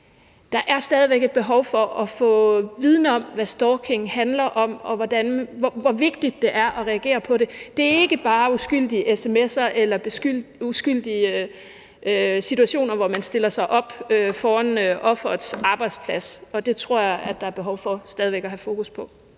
Der er stadig væk et behov for at få viden om, hvad stalking handler om, og hvor vigtigt det er at reagere på det. Der er ikke bare tale om uskyldige sms'er eller uskyldige situationer, hvor man stiller sig op foran offerets arbejdsplads, og det tror jeg at der er behov for stadig væk at have fokus på.